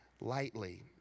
lightly